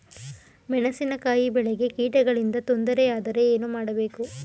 ಮೆಣಸಿನಕಾಯಿ ಬೆಳೆಗೆ ಕೀಟಗಳಿಂದ ತೊಂದರೆ ಯಾದರೆ ಏನು ಮಾಡಬೇಕು?